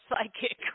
psychic